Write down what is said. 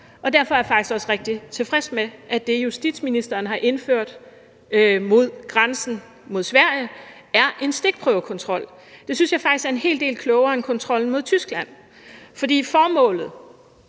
og derfor er jeg faktisk også rigtig tilfreds med, at det, justitsministeren har indført på grænsen mod Sverige, er en stikprøvekontrol. Det synes jeg faktisk er en hel del klogere end kontrollen mod Tyskland, for formålet